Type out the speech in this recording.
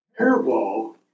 hairball